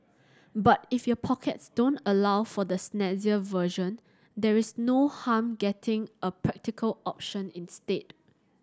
but if your pockets don't allow for the snazzier version there is no harm getting a practical option instead